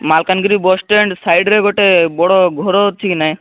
Malkangiri bus stand side ରେ ଗୋଟେ ବଡ଼ ଘର ଅଛି କି ନାଇ